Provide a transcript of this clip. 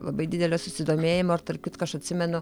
labai didelio susidomėjimo ir tarp kitko aš atsimenu